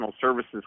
services